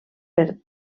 per